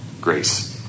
grace